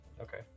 Okay